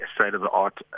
state-of-the-art